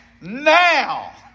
now